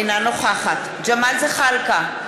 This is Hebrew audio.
אינה נוכחת ג'מאל זחאלקה,